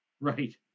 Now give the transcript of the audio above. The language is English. right